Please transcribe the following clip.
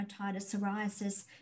psoriasis